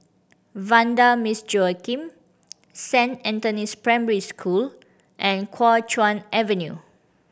Vanda Miss Joaquim Saint Anthony's Primary School and Kuo Chuan Avenue